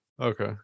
okay